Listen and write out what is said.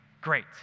Great